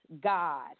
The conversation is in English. God